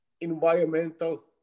Environmental